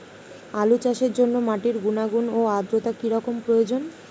আলু চাষের জন্য মাটির গুণাগুণ ও আদ্রতা কী রকম প্রয়োজন?